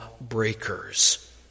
breakers